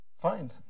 fine